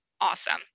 awesome